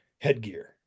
headgear